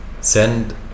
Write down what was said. Send